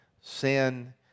Sin